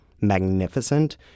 magnificent